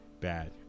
bad